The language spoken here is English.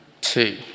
Two